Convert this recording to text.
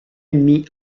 ennemi